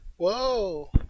Whoa